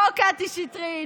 לא קטי שטרית.